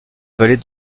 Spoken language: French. vallée